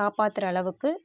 காப்பாத்துகிற அளவுக்கு